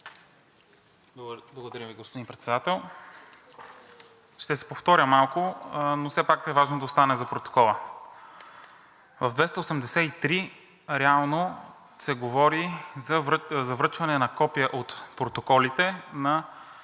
Благодаря Ви, господин Председател. Ще се повторя малко, но все пак е важно да остане за протокола. В чл. 283 реално се говори за връчване на копия от протоколите на